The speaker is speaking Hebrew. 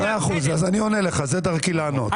מאה אחוז, אז אני עונה לך, זו דרכי לענות.